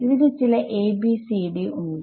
ഇതിന് ചില A B C D ഉണ്ട്